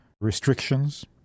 restrictions